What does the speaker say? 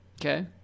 Okay